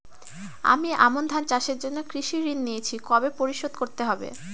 আমি আমন ধান চাষের জন্য কৃষি ঋণ নিয়েছি কবে পরিশোধ করতে হবে?